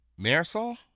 Marisol